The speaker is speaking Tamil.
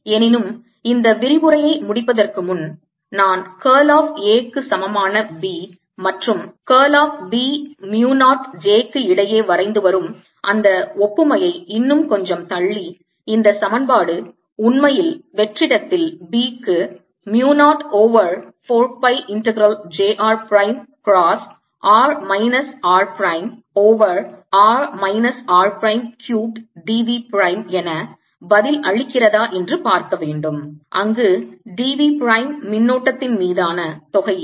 எனினும் இந்த விரிவுரையை முடிப்பதற்கு முன் நான் curl of Aக்கு சமமான B மற்றும் curl of B mu 0 j இடையே வரைந்து வரும் அந்த ஒப்புமையை இன்னும் கொஞ்சம் தள்ளி இந்த சமன்பாடு உண்மையில் வெற்றிடத்தில் B க்கு mu 0 over 4 pi integral j r prime cross r minus r prime over r minus r prime cubed d v prime என பதில் அளிக்கிறதா என்று பார்க்க வேண்டும் அங்கு d v பிரைம் மின்னோட்டத்தின் மீதான தொகையீடு